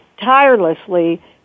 tirelessly